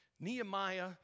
Nehemiah